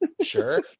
Sure